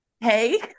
hey